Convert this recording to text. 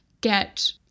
get